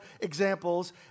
examples